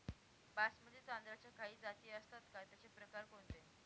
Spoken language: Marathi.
बासमती तांदळाच्या काही जाती असतात का, त्याचे प्रकार कोणते?